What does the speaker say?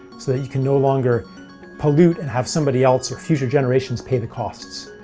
so you can no longer pollute and have somebody else or future generations pay the costs.